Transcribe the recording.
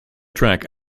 track